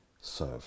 serve